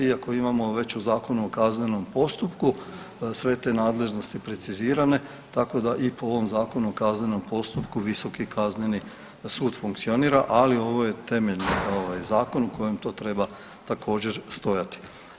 Iako imamo već u Zakonu o kaznenom postupku sve te nadležnosti precizirane tako da i po ovom Zakonu o kaznenom postupku Visoki kazneni sud funkcionira, ali ovo je temeljni zakon u kojem to treba također stajati.